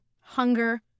hunger